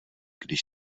když